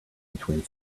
between